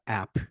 app